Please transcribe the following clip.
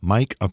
Mike